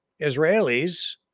Israelis